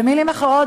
במילים אחרות,